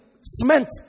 cement